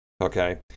Okay